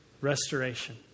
restoration